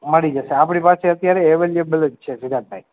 મળી જશે આપણી પાસે અત્યારે અવેલેબલ જ છે સિદ્ધાર્થભાઇ